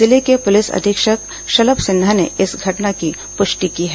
जिले के पुलिस अधीक्षक शलम सिन्हा ने इस घटना की पुष्टि की है